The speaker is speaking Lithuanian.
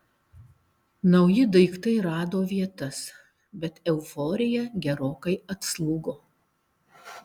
nauji daiktai rado vietas bet euforija gerokai atslūgo